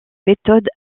méthodes